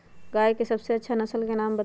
गाय के सबसे अच्छा नसल के नाम बताऊ?